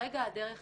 כרגע הדרך